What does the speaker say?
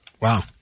Wow